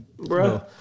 Bro